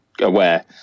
aware